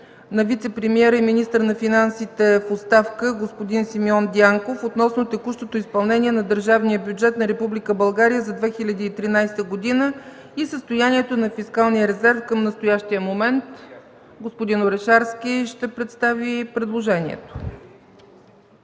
на вицепремиера и министър на финансите в оставка господин Симеон Дянков относно текущото изпълнение на държавния бюджет на Република България за 2013 г. и състоянието на фискалния резерв към настоящия момент. Господин Орешарски ще представи предложението.